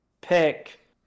pick